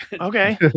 Okay